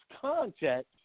context